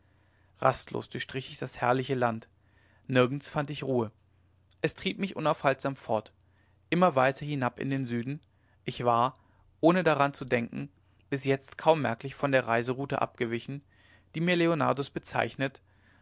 rastlos durchstrich ich das herrliche land nirgends fand ich ruhe es trieb mich unaufhaltsam fort immer weiter hinab in den süden ich war ohne daran zu denken bis jetzt kaum merklich von der reiseroute abgewichen die mir leonardus bezeichnet